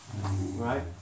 Right